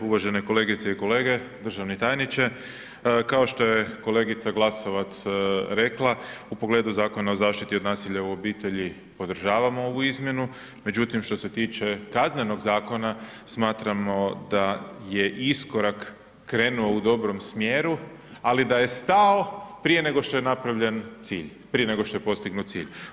Uvažene kolegice i kolege, državni tajniče. kao što je kolegica Glasovac rekla, u pogledu Zakona o zaštiti od nasilja u obitelji, podržavam ovu izmjenu međutim što se tiče KZ-a, smatramo da je iskorak krenuo u dobrom smjeru ali da je stao prije nego što je napravljen cilj, prije nego što je postignut cilj.